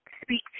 speak